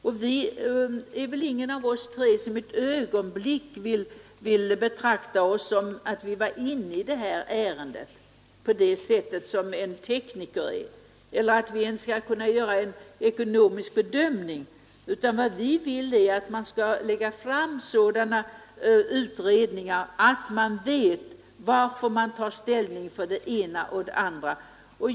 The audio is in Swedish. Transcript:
Ingen av oss tre interpellanter vill ett ögonblick betrakta oss som insatta i detta ärende på samma sätt som en tekniker, inte heller kan vi göra en ekonomisk bedömning. Vad vi vill är att man skall lägga fram sådana utredningar att man vet varför man tar ställning till det ena eller det andra.